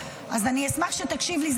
אז אני אשמח שתקשיב לי,